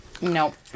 Nope